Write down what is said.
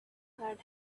had